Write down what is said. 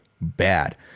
bad